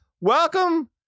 welcome